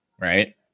right